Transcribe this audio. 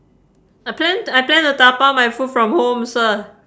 I plan t~ I plan to dabao my food from homes sir